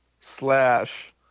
slash